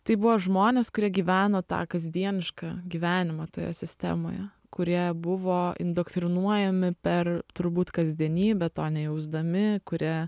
tai buvo žmonės kurie gyveno tą kasdienišką gyvenimą toje sistemoje kurie buvo indoktrinuojami per turbūt kasdienybę to nejausdami kurie